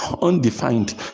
undefined